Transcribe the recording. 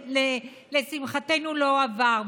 שלשמחתנו לא עבר,